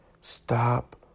stop